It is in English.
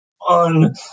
on